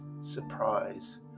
surprise